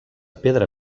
pedra